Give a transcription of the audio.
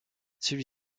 celui